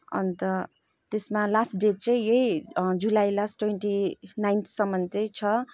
अन्त त्यसमा last date चाहिँ यही जुलाई लास्ट ट्वेन्टी नाइन्थसम्म चाहिँ छ